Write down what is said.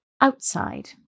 outside